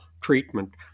treatment